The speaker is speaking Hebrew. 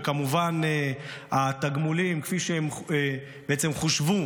וכמובן התגמולים כפי שהם בעצם חושבו